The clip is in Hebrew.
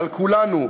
על כולנו.